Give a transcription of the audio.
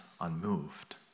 unmoved